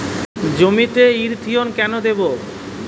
জমিতে ইরথিয়ন কেন দেবো?